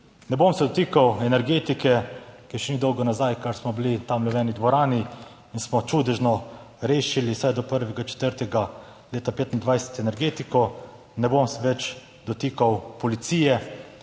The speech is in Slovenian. Ne bom se dotikal energetiko, ki še ni dolgo nazaj kar smo bili tam v eni dvorani. In smo čudežno rešili vsaj do 1. 4. leta 2025 energetiko. Ne bom se več dotikal policije,